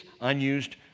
unused